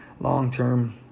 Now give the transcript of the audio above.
long-term